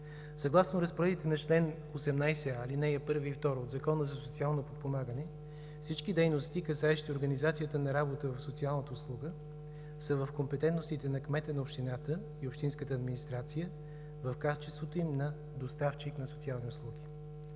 Съгласно разпоредбите на чл. 18, ал. 1 и 2 от Закона за социално подпомагане, всички дейности, касаещи организацията на работа в социалната услуга, са в компетентностите на кмета на общината и общинската администрация в качеството им на доставчик на социални услуги.